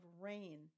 rain